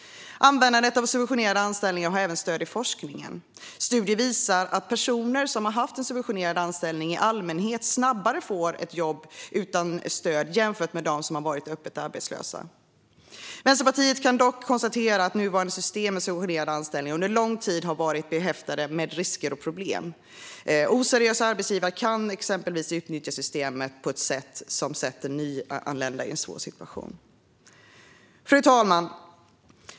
Användandet av subventionerade anställningar har även stöd i forskningen. Studier visar att personer som haft en subventionerad anställning i allmänhet snabbare får ett jobb utan stöd jämfört med dem som varit öppet arbetslösa. Vänsterpartiet kan dock konstatera att nuvarande system med subventionerade anställningar under lång tid har varit behäftat med risker och problem. Oseriösa arbetsgivare kan exempelvis utnyttja systemet på sätt som sätter nyanlända i en svår situation. Fru talman!